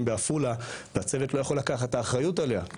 בעפולה והצוות לא יכול לקחת את האחריות עליה,